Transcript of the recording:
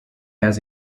has